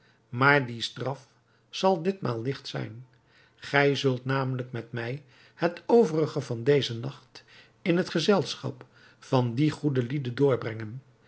maar die straf zal ditmaal ligt zijn gij zult namelijk met mij het overige van dezen nacht in het gezelschap van die goede lieden doorbrengen